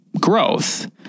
growth